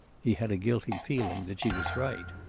he had a guilty feeling that she was right.